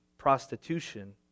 prostitution